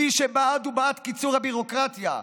מי שבעד הוא בעד קיצור הביורוקרטיה,